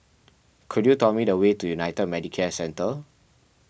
could you tell me the way to United Medicare Centre